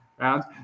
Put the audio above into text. rounds